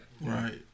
Right